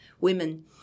women